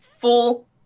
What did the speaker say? full